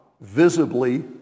visibly